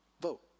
vote